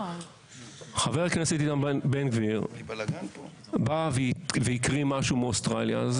חבר הכנסת איתמר בן גביר בא והקריא משהו מאוסטרליה,